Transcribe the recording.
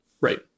right